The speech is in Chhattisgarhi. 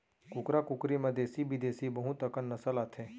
कुकरा कुकरी म देसी बिदेसी बहुत अकन नसल आथे